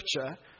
Scripture